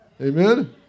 Amen